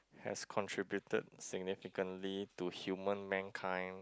has contributed significantly to human mankind